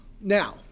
Now